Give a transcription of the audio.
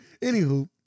Anywho